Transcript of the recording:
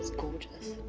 gorgeous.